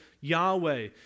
Yahweh